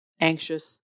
Anxious